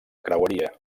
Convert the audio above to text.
creueria